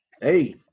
Hey